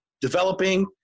developing –